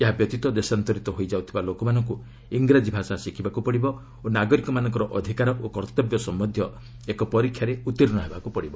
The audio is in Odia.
ଏହାବ୍ୟତୀତ ଦେଶାନ୍ତରିତ ହୋଇ ଯାଉଥିବା ଲୋକମାନଙ୍କ ଇଂରାଜୀ ଭାଷା ଶିଖିବାକୃ ପଡ଼ିବ ଓ ନାଗରିକମାନଙ୍କ ଅଧିକାର ଓ କର୍ତ୍ତବ୍ୟ ସମ୍ଭନ୍ଧୀୟ ଏକ ପରୀକ୍ଷାରେ ଉତ୍ତୀର୍ଣ୍ଣ ହେବାକୁ ପଡ଼ିବ